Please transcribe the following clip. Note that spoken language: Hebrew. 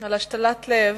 על השתלת לב,